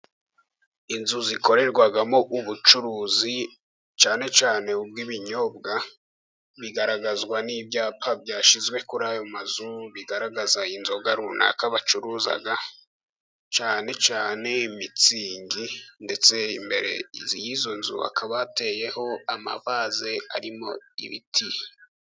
Inzu zikorerwamo ubucuruzi cyane cyane ubw'ibinyobwa, bigaragazwa n'ibyapa byashyizwe kuri ayo mazu bigaragaza inzoga runaka bacuruza, cyane cyane mitsingi ndetse imbere y'izo nzu akaba hateyeho ama vaze arimo ibiti.